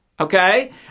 Okay